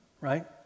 right